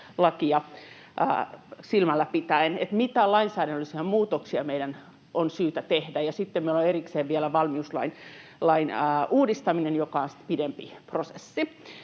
silmällä pitäen — että mitä lainsäädännöllisiä muutoksia meidän on syytä tehdä — ja sitten meillä on erikseen vielä valmiuslain uudistaminen, joka on sitten pidempi prosessi.